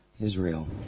Israel